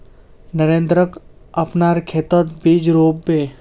नरेंद्रक अपनार खेतत बीज रोप बे